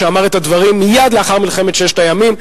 שאמר את הדברים מייד לאחר מלחמת ששת הימים.